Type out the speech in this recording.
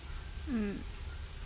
mm